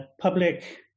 public